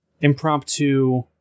impromptu